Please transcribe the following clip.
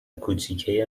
کوچیکه